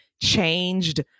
changed